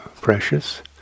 precious